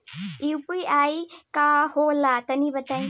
इ यू.पी.आई का होला तनि बताईं?